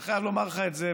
אני חייב לומר לך את זה,